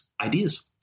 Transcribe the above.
ideas